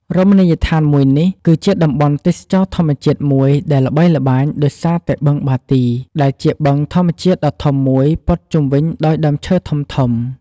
រមណីយដ្ឋានមួយនេះ គឺជាតំបន់ទេសចរណ៍ធម្មជាតិមួយដែលល្បីល្បាញដោយសារតែបឹងបាទី ដែលជាបឹងធម្មជាតិដ៏ធំមួយព័ទ្ធជុំវិញដោយដើមឈើធំៗ។